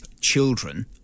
children